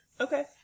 Okay